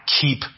keep